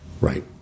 Right